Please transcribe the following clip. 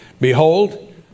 Behold